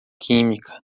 química